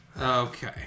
Okay